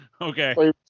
okay